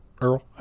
Earl